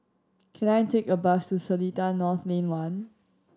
can I take a bus to Seletar North Lane One